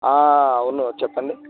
అవును చెప్పండి